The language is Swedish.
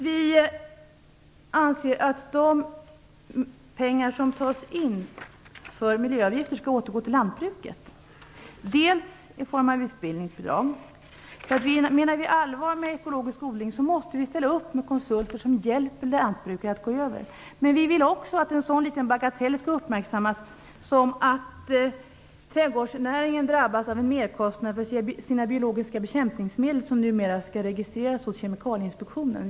Vi anser att de pengar som tas in som miljöavgifter skall återgå till lantbruket bl.a. i form av utbildningsbidrag. Menar vi allvar med ekologisk odling måste vi ställa upp med konsulter som hjälper lantbrukare att gå över. Men vi vill också att en sådan bagatell skall uppmärksammas som att trädgårdsnäringen drabbas av en merkostnad för sina biologiska bekämpningsmedel som numera skall registreras hos Kemikalieinspektionen.